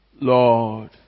Lord